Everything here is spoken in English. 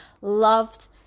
loved